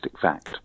fact